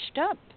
up